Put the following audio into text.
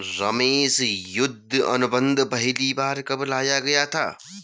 रमेश युद्ध अनुबंध पहली बार कब लाया गया था?